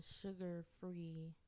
sugar-free